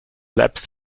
lapsed